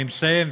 אני מסיים,